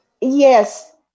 Yes